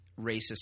racist